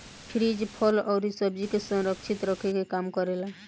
fridge फल अउरी सब्जी के संरक्षित रखे के काम करेला